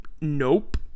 Nope